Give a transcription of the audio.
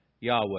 Yahweh